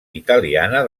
italiana